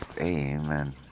Amen